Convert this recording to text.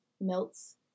melts